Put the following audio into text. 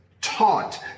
taught